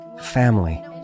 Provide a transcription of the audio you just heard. family